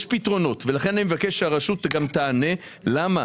יש פתרונות, ואני מבקש שהרשות תענה למה